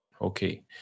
okay